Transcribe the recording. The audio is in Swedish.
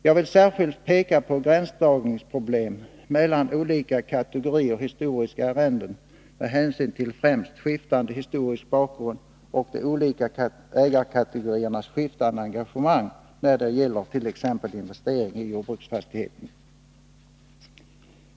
Jag vill särskilt peka på gränsdragningsproblemen mellan olika kategorier historiska arrenden med hänsyn till främst skiftande historisk bakgrund och de olika ägarkategoriernas skiftande engagemang när det gäller t.ex. investering i jordbruksfastigheten.